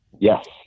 yes